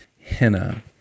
Henna